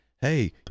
hey